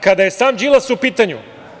Kada je sam Đilas u pitanju.